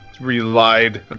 relied